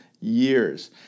years